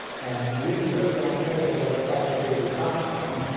and we really don't care where the flexibility comes from.